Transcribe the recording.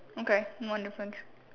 okay one difference